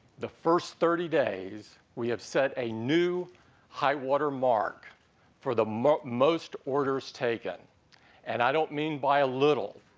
the first thirty days, we have set a new high watermark for the most most orders taken and i don't mean by a little,